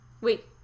wait-